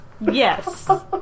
Yes